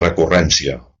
recurrència